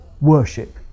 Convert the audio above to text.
Worship